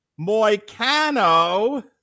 Moicano